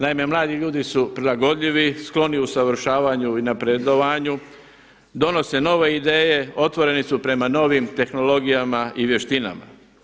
Naime, mladi ljudi su prilagodljivi, skloni usavršavanju i napredovanju, donose nove ideje, otvoreni su prema novim tehnologijama i vještinama.